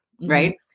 Right